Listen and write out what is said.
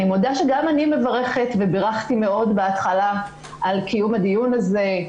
אני מודה שגם אני מברכת ובירכתי מאוד בהתחלה על קיום הדיון הזה.